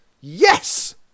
Yes